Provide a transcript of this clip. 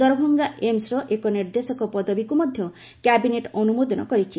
ଦରଭଙ୍ଗା ଏମସ୍ର ଏକ ନିର୍ଦ୍ଦେଶକ ପଦବୀକୁ ମଧ୍ୟ କ୍ୟାବିନେଟ୍ ଅନୁମୋଦନ କରିଛି